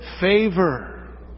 favor